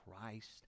Christ